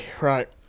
right